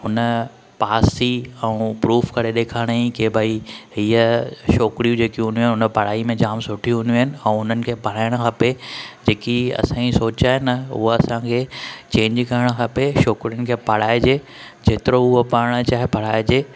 हुन पास थी ऐं प्रूफ करे ॾेखारियईं की भई हीअ छोकिरियूं जेकी हूंदी आहिनि हुन पढ़ाईअ में जामु सुठी हूंदी आहिनि ऐं हुननि खे पढ़ाइणु खपे जेकी असांजी सोच आहिनि उहा असांखे चेंज करणु खपे छोकिरियुनि खे पढ़ाइजे जेतिरो उहे पढ़णु चाहे पढ़ाइजे